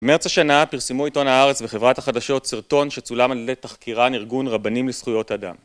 מרץ השנה פרסמו עיתון הארץ וחברת החדשות סרטון שצולם על ידי תחקירן ארגון רבנים לזכויות אדם